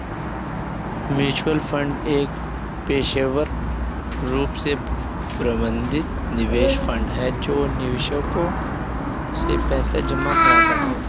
mutual fund एक पेशेवर रूप से प्रबंधित निवेश फंड है जो निवेशकों से पैसा जमा कराता है